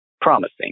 promising